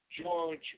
George